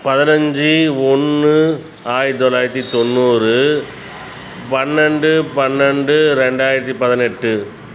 பதினைஞ்சி ஒன்று ஆயிரத்து தொள்ளாயிரத்தி தொண்ணூறு பன்னெண்டு பன்னெண்டு ரெண்டாயிரத்து பதினெட்டு